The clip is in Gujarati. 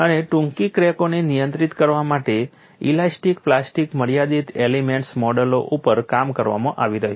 અને ટૂંકી ક્રેકોને નિયંત્રિત કરવા માટે ઇલાસ્ટિક પ્લાસ્ટિક મર્યાદિત એલિમેન્ટ મોડેલો ઉપર કામ કરવામાં આવી રહ્યું છે